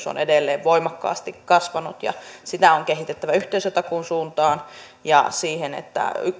on edelleen voimakkaasti kasvanut ja sitä on kehitettävä yhteisötakuun suuntaan ja siihen että